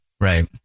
Right